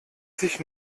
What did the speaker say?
sich